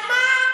על מה?